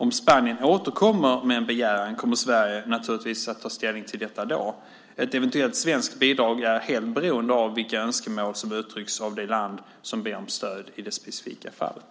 Om Spanien återkommer med en begäran kommer Sverige naturligtvis att ta ställning till detta då. Ett eventuellt svenskt bidrag är helt beroende av vilka önskemål som utrycks av det land som ber om stöd i det specifika fallet.